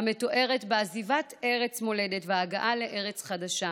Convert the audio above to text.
המתוארת בעזיבת ארץ מולדת והגעה לארץ חדשה,